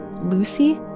Lucy